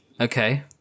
Okay